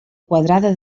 quadrada